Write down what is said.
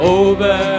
over